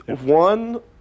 One